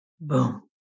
boom